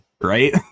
right